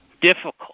difficult